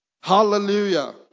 Hallelujah